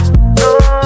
no